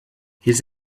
his